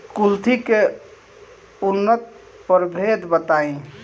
कुलथी के उन्नत प्रभेद बताई?